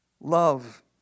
Love